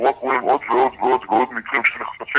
אנחנו רק רואים עוד ועוד ועוד ועוד מקרים שנחשפים